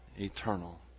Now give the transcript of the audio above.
Eternal